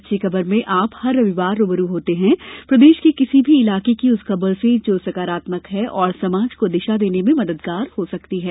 अच्छी खबरमें आप हर रविवार रूबरू होते हैं प्रदेश के किसी भी इलाके की उस खबर से जो सकारात्मक है और समाज को दिशा देने में मददगार हो सकती है